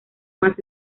más